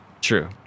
True